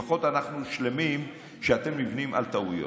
לפחות אנחנו שלמים, שאתם נבנים על טעויות.